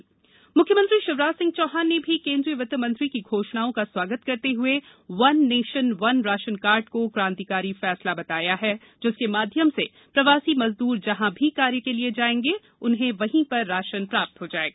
मख्यमंत्री प्रतिक्रिया मुख्यमंत्री शिवराजसिंह चौहान ने भी केंद्रीय वित मंत्री की घोषणाओं का स्वागत करते हए वन नेशन वन राशन कार्य को क्रांतिकारी फैसला बताया है जिसके माध्यम से प्रवासी मजदूर जहां भी कार्य के लिए जाएंगे वहीं उन्हें राशन प्राप्त हो जाएगा